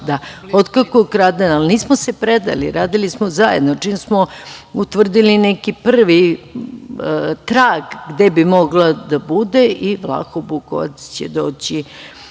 više, od kako je ukradena. Nismo se predali, radili smo zajedno. Čim smo utvrdili neki prvi trag gde bi mogla da bude i Vlah Bukovac će